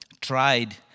tried